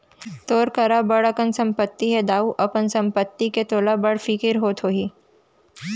तोर करा बड़ अकन संपत्ति हे दाऊ, अपन संपत्ति के तोला बड़ फिकिर होत होही